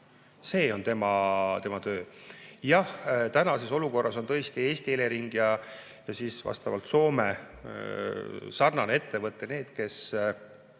see on tema töö. Jah, tänases olukorras on tõesti Eesti Elering ja siis vastavalt Soome sarnane ettevõte need, kes